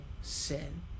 sin